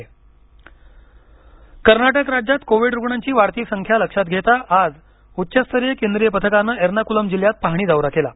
केंद्रीय पथक कर्नाटकात दाखल कर्नाटकराज्यात कोविड रुग्णांची वाढती संख्या लक्षात घेता आज उच्च स्तरीय केंद्रीय पथकानं एर्नाकुलम जिल्ह्यात पाहणी दौरा केला